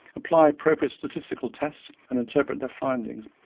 apply appropriate statistical tests and interpret their findings,